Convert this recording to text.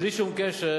בלי שום קשר,